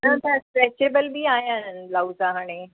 न त स्ट्रैचेबल बि आया आहिनि ब्लाउज़ हाणे